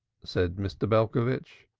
said mr. belcovitch.